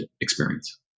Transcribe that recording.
experience